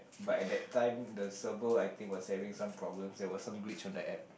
but at that time the server I think was having some problems there was some glitch on the App